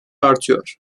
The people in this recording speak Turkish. artıyor